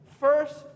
First